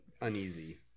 uneasy